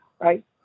right